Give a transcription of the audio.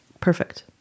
Perfect